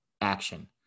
action